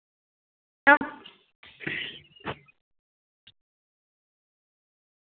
हां